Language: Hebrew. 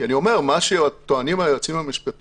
אני א ומר שמה שטוענים היועצים המשפטיים,